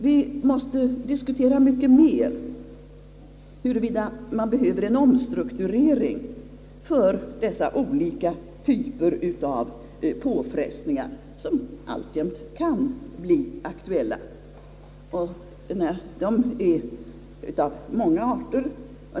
Vi måste diskutera mycket mera ingående huruvida man behöver en omstrukturering för dessa olika typer av påfrestningar, som alltjämt kan bli aktuella. De är av många arter.